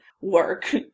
work